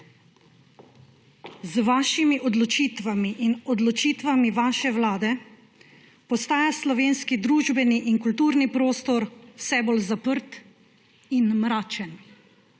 Z vašimi odločitvami in odločitvami vaše vlade postaja slovenski družbeni in kulturni prostor vse bolj zaprt in mračen.